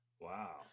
Wow